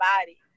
body